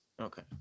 Okay